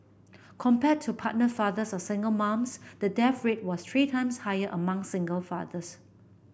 compared to partnered fathers or single moms the death rate was three times higher among single fathers